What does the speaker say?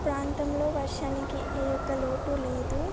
ప్రాంతంలో వర్షానికి ఏ ఒక్క లోటు లేదు